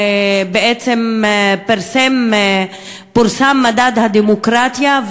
פורסם מדד הדמוקרטיה,